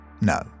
No